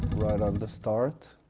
right on the start